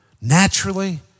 Naturally